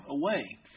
away